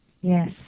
Yes